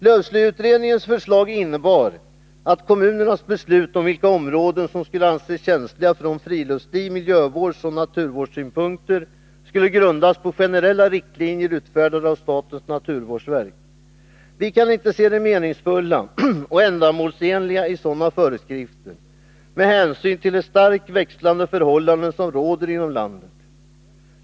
Lövslyutredningens förslag innebar att kommunernas beslut om vilka områden som skulle anses känsliga från friluftslivs-, miljövårdsoch naturvårdssynpunkter skulle grundas på generella riktlinjer, utfärdade av statens naturvårdsverk. Vi kan inte se det meningsfulla och ändamålsenliga i sådana föreskrifter med hänsyn till de starkt växlande förhållanden som råder inom landet.